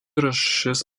rūšis